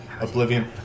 Oblivion